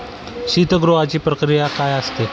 शीतगृहाची प्रक्रिया काय असते?